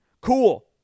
Cool